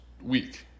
week